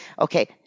okay